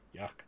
yuck